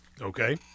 Okay